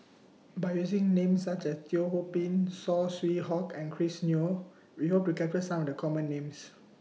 By using Names such as Teo Ho Pin Saw Swee Hock and Chris Yeo We Hope to capture Some of The Common Names